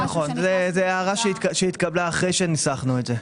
זו הערה שהתקבלה אחרי שניסחנו את זה.